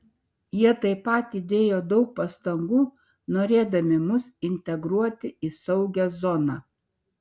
jie taip pat įdėjo daug pastangų norėdami mus integruoti į saugią zoną